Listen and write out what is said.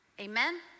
amen